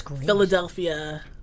Philadelphia